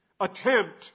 attempt